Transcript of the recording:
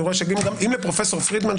אני רואה שאם לפרופסור פרידמן,